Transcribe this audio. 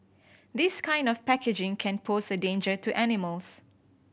this kind of packaging can pose a danger to animals